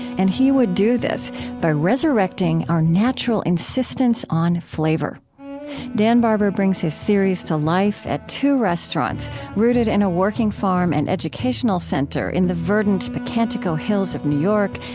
and he would do this by resurrecting our natural insistence on flavor dan barber brings his theories to life at two restaurants rooted in a working farm and educational center in the verdant pocantico hills of new york,